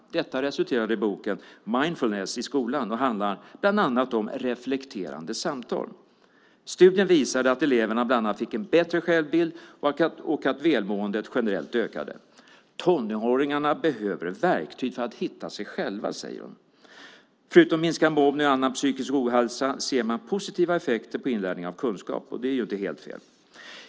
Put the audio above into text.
Projektet har resulterat i boken Mindfulness i skolan och handlar bland annat om reflekterande samtal. Studien visar att eleverna exempelvis fick en bättre självbild och att välmående ökade generellt. Tonåringarna behöver verktyg för att hitta sig själva, säger Yvonne Terjestam. Förutom minskad mobbning och annan psykisk ohälsa ser man positiva effekter på inlärningen av kunskap, och det är ju inte helt fel.